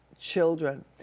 children